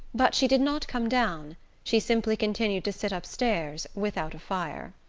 but she did not come down she simply continued to sit upstairs without a fire.